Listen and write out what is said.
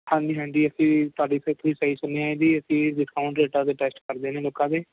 ਹਾਂਜੀ ਹਾਂਜੀ ਅਸੀਂ ਤੁਹਾਡੀ ਸਹੀ ਸੁਣਿਆ ਹੈ ਜੀ ਅਸੀਂ ਡਿਸਕਾਉਂਟ ਰੇਟਾਂ 'ਤੇ ਟੈਸਟ ਕਰਦੇ ਨੇ ਲੋਕਾਂ ਦੇ